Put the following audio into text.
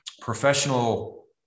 professional